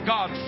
God